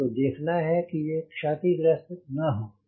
आपको देखना है कि ये क्षतिग्रस्त न हों